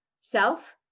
self